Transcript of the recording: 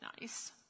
nice